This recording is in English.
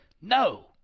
No